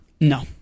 No